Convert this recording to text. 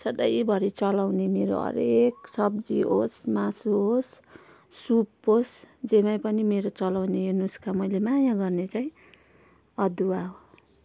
सधैँभरि चलाउने मेरो हरेक सब्जी होस् मासु होस् सुप होस् जेमै पनि मेरो चलाउने यो नुस्का मैले माया गर्ने चाहिँ अदुवा हो